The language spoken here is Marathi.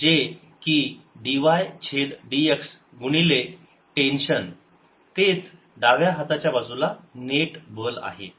जे की dy छेद dx गुणिले टेन्शन तेच डाव्या हाताच्या बाजूला नेट बल आहे